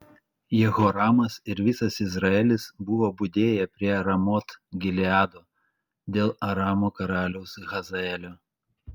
jehoramas ir visas izraelis buvo budėję prie ramot gileado dėl aramo karaliaus hazaelio